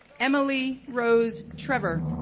emily rose trevor,